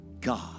God